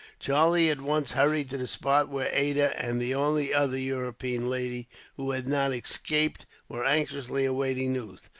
charlie at once hurried to the spot where ada, and the only other european lady who had not escaped, were anxiously awaiting news.